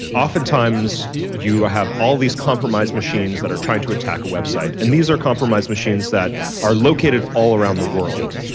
often times you will have all these compromise machines that are trying to attack a website, and these are compromise machines that are located all around the world.